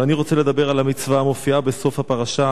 אבל אני רוצה לדבר על המצווה המופיעה בסוף הפרשה,